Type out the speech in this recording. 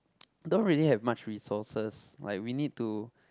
don't really have much resources like we need to